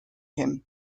him